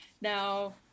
Now